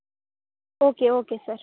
okay okay sir